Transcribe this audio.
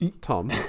Tom